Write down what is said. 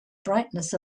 brightness